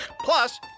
Plus